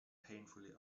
painfully